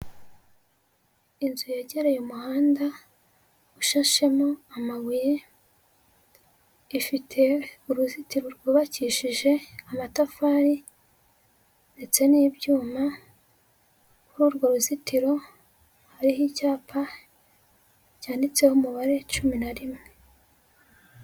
Inzu yegereye umuhanda ushashemo amabuye, ifite uruzitiro rwubakishije amatafari ndetse n'ibyuma, kuri urwo ruzitiro hariho icyapa cyanditseho umubare cumi na rimwe.